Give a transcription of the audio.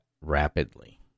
rapidly